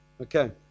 Okay